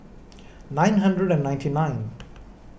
nine hundred and ninety nine